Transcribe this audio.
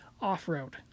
Off-Road